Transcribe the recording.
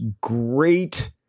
great